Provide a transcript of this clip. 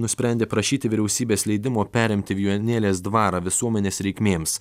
nusprendė prašyti vyriausybės leidimo perimti vijūnėlės dvarą visuomenės reikmėms